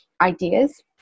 ideas